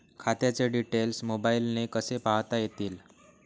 खात्याचे डिटेल्स मोबाईलने कसे पाहता येतील?